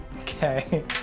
Okay